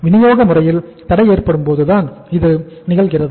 வினியோக முறையில் தடை ஏற்படும்போதுதான் இது திகழ்கிறது